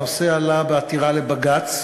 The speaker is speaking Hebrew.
הנושא עלה בעתירה לבג"ץ,